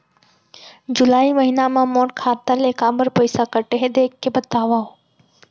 जुलाई महीना मा मोर खाता ले काबर पइसा कटे हे, देख के बतावव?